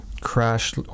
crashed